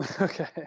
Okay